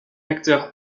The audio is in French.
acteur